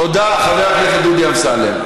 תודה, חבר הכנסת דודי אמסלם.